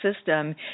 system